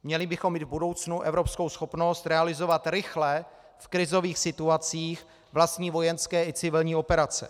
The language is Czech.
Měli bychom mít v budoucnu evropskou schopnost realizovat rychle v krizových situacích vlastní vojenské i civilní operace.